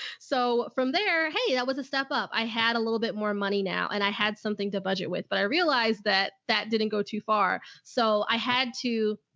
so from there, hey, that was a step up. i had a little bit more money now, and i had something to with, but i realized that that didn't go too far. so i had to,